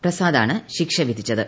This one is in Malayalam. പ്രസാദാണ് ശിക്ഷ വിധിച്ചത്